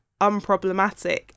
unproblematic